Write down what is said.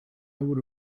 would